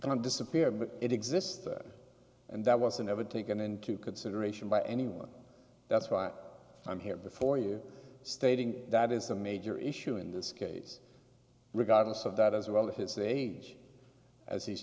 can disappear but it exists and that wasn't ever taken into consideration by anyone that's why i'm here before you stating that is a major issue in this case regardless of that as well as his age as he's